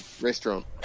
restaurant